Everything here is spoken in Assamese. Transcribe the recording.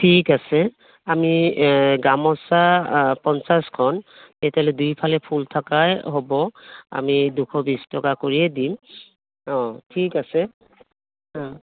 ঠিক আছে আমি গামোচা পঞ্চাছখন তেতিয়াহ'লে দুইফালে ফুল থকাই হ'ব আমি দুশ বিছ টকা কৰিয়েই দিম অঁ ঠিক আছে অঁ